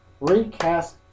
recast